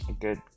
good